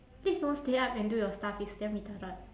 please don't stay up and do your stuff it's damn retarded